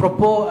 אפרופו,